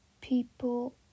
people